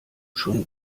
schon